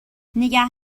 نگه